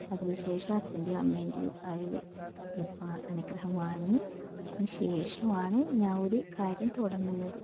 അതിന് ശേഷം അച്ഛൻ്റെ യും അമ്മേൻ്റെയും ആ ഇത് അനുഗ്രഹം വാങ്ങി അതിന് ശേഷമാണ് ഞാൻ ഒരു കാര്യം തുടങ്ങുന്നത്